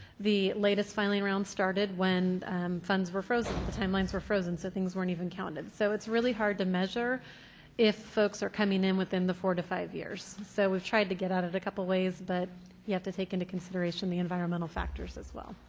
the latest filing round started when funds were frozen, the timelines were frozen, so things weren't even counted. so it's really hard to measure if folks are coming in within the four to five years. so we tried to get at it a couple ways, but you have to take into consideration the environmental factors as well.